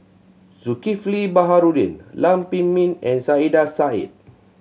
Zulkifli Baharudin Lam Pin Min and Saiedah Said